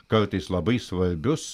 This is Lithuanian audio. kartais labai svarbius